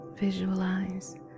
Visualize